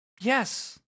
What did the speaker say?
Yes